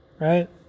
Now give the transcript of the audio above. right